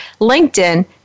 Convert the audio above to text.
LinkedIn